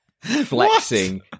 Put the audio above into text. flexing